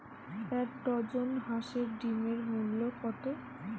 এক ডজন হাঁসের ডিমের মূল্য কত?